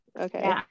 Okay